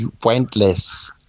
pointless